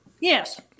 Yes